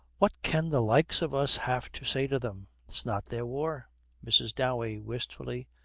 what can the likes of us have to say to them? it's not their war mrs. dowey, wistfully,